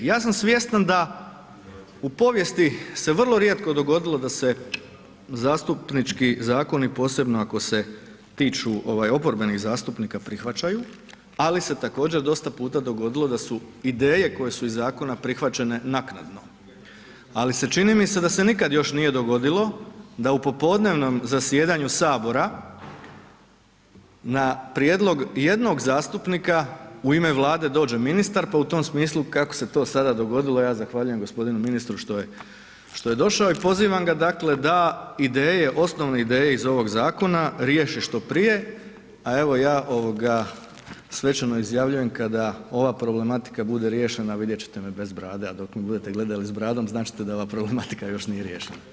Ja sam svjestan da u povijesti se vrlo rijetko dogodilo da se zastupnički zakoni, posebno ako se tiču ovaj oporbenih zastupnika prihvaćaju, ali se također dosta puta dogodilo da su ideje koje su iz zakona, prihvaćene naknadno, ali se čini mi se da se nikad još nije dogodilo da u popodnevnom zasjedanju sabora na prijedlog jednog zastupnika u ime Vlade dođe ministar, pa u tom smislu kako se to sada dogodilo ja zahvaljujem gospodinu ministru što je došao i pozivam ga dakle da ideje, osnovne ideje iz ovog zakona riješi što prije, a evo ja ovoga svečano izjavljujem kada ova problematika bude riješena vidjet ćete me bez brade, a dok me budete gledali s bradom zanat ćete da ova problematika još nije riješena.